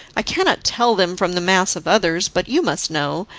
i cannot tell them from the mass of others, but you must know,